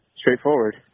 Straightforward